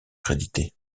créditées